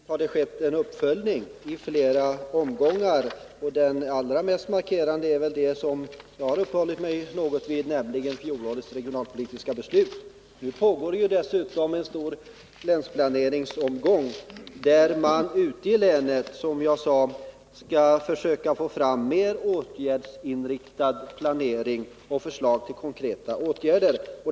Herr talman! Visst har det skett en uppföljning i flera omgångar. Den allra mest markerade är den som jag uppehållit mig vid, nämligen fjolårets regionalpolitiska beslut. Nu pågår en stor länsplaneringsomgång, där man ute i länen skall försöka få fram mer åtgärdsinriktad planering och förslag till konkreta åtgärder.